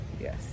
Yes